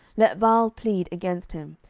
let baal plead against him,